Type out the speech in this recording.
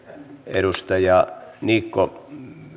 edustaja niikko